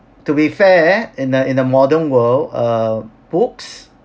to be fair in a in a modern world uh books